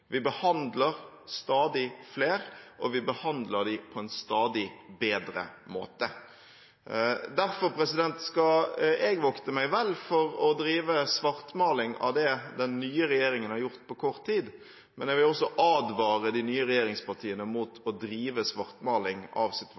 Vi behandler stadig flere, og vi behandler dem på en stadig bedre måte. Derfor skal jeg vokte meg vel for å drive svartmaling av det den nye regjeringen har gjort på kort tid, men jeg vil også advare de nye regjeringspartiene mot å drive svartmaling av